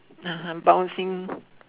[aha] bouncing